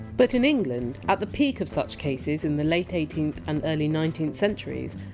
but in england, at the peak of such cases in the late eighteenth and early nineteenth centuries,